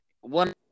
one